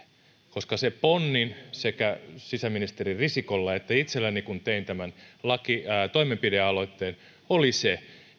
se ponnin sekä sisäministeri risikolla että itselläni kun tein tämän toimenpidealoitteen oli se